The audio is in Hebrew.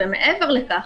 מעבר לכך,